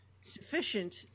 sufficient